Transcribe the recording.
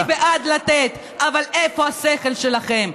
אני בעד לתת, אבל איפה השכל שלכם?